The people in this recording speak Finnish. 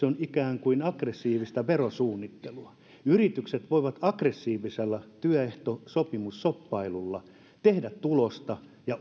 on ikään kuin aggressiivista verosuunnittelua yritykset voivat aggressiivisella työehtosopimusshoppailulla tehdä tulosta ja